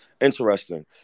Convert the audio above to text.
interesting